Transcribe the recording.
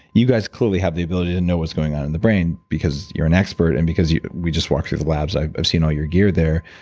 you guys clearly have the ability to know what's going on in the brain because you're an expert, and because we just walked through the labs. i've seen all your gear there,